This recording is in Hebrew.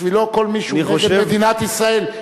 בשבילו כל מי שהוא נגד מדינת ישראל,